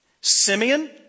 Simeon